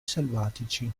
selvatici